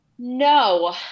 No